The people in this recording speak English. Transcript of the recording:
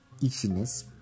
itchiness